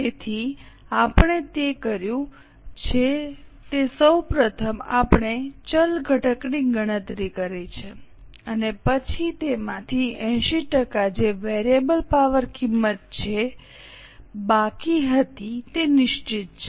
તેથી આપણે જે કર્યું છે તે સૌ પ્રથમ આપણે ચલ ઘટકની ગણતરી કરી છે અને પછી તેમાંથી 80 ટકા જે વેરિયેબલ પાવર કિંમત છે બાકી હતી તે નિશ્ચિત છે